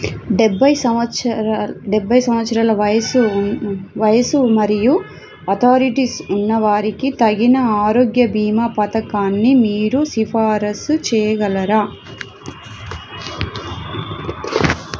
డెబ్బై సంవత్సరాల వయసు వయసు మరియు అథారిటీ ఉన్నవారికి తగిన ఆరోగ్య బీమా పథకాన్ని మీరు సిఫారసు చెయ్యగలరా